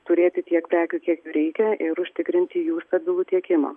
turėti tiek prekių kiek jų reikia ir užtikrinti jų stabilų tiekimą